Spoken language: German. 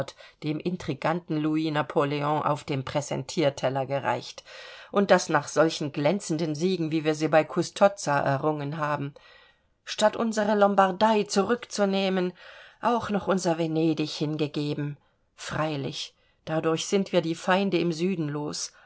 dem intriganten louis napoleon auf dem präsentierteller gereicht und das nach solchen glänzenden siegen wie wir sie bei custozza errungen haben statt unsere lombardei zurückzunehmen auch noch unser venedig hingeben freilich dadurch sind wir die feinde im süden los